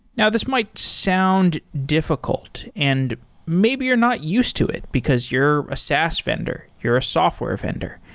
now, this might sound difficult and maybe you're not used to it because you're a saas vendor. you're a software vendor,